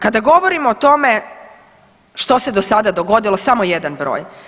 Kada govorimo o tome što se do sada dogodilo samo jedan broj.